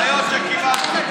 ההנחיות שקיבלת.